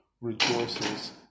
rejoices